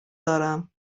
دارم